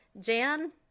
Jan